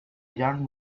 young